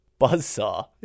Buzzsaw